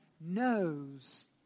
knows